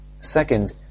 Second